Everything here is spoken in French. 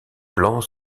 plans